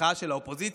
במחאה של האופוזיציה,